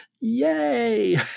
Yay